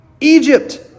Egypt